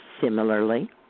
similarly